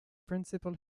principal